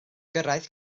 gyrraedd